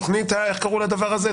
איך קוראים לזה?